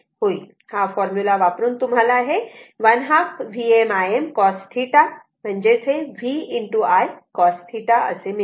हा फॉर्म्युला वापरून तुम्हाला हे ½ Vm Im cos θ V I cos θ असे मिळते